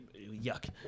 Yuck